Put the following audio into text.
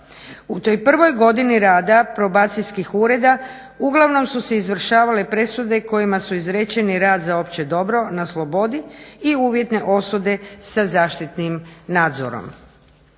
U toj prvoj godini rada probacijskih ureda uglavnom su se izvršavale presude kojima su izrečeni rad za opće dobro na slobodi i uvjetne osude sa zaštitnim nadzorom.